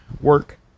work